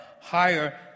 higher